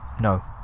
no